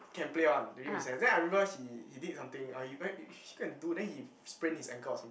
can play one during recess then I remember he he did something or you oh eh he go and do then he sprain his ankle or something